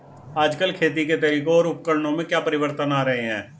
आजकल खेती के तरीकों और उपकरणों में क्या परिवर्तन आ रहें हैं?